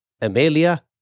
Amelia